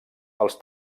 als